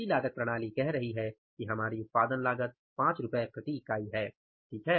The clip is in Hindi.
पिछली लागत प्रणाली कह रही है कि हमारी उत्पादन लागत 5 रु है है ना